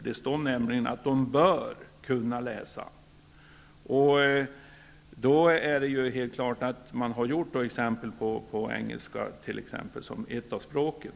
Det står nämligen att de ''bör kunna'' läsa dessa ämnen. Då är det helt klart att man har tagit upp engelska som ett exempel, som ett av språken.